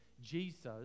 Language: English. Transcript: Jesus